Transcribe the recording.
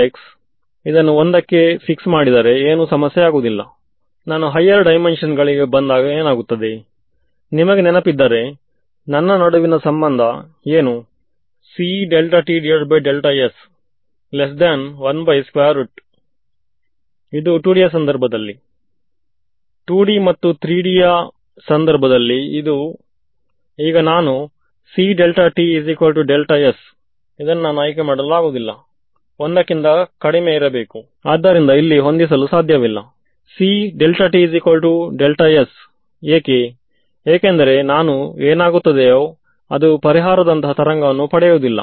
so ಮತ್ತೊಮ್ಮೆ ಇಲ್ಲಿಗೆ schematic ಅನ್ನು ಕೊಡಬೇಕು ಇದು ನನ್ನ ಏರ್ಕ್ರಾಫ್ಟ್ ಎಂದು ತಿಳಿದುಕೊಳ್ಳಿ ಮತ್ತು ಇದು ನನ್ನ ಕಂಪ್ಯೂಟೇಷನಲ್ ಡೊಮೈನ್ ಎಂದು ತಿಳಿದುಕೊಳ್ಳಿ ಏನನ್ನು ಕಂಡುಹಿಡಿಯಬೇಕೆಂದರೆ ಇದು ರೇಡಾರ್ ಫೀಲ್ಡ್ ನಿಂದಾಗಿ ಇಲ್ಲಿ ಎಲಿಮಿನೇಟ್ ಆಗಿದೆ ಎಂದು ಹೇಳೋಣ ಹಾಗೂ ನಾನು ಇಲ್ಲಿ ನಿಂತಿದ್ದೇನೆ ನನಗೆ ಇಲ್ಲಿನ ಫೀಲ್ಡ್ ನ್ನು ಕಂಡುಹಿಡಿಯಬೇಕು ನಿಮ್ಮ ವಿಚಾರದಲ್ಲಿ ಫಾರ್ ಫೀಲ್ಡ್ ಅನ್ನು ಕಂಡು ಹಿಡಿಯುವಾಗ ಯಾವ ಸ್ಟ್ರಾಟಜಿಯನ್ನು ಉಪಯೋಗಿಸಬೇಕು